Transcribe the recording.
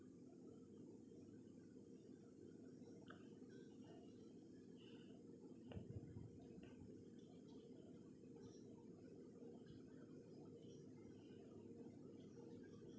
mm